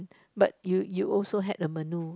but you you also had a menu